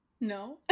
No